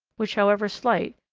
which, however slight,